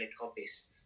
copies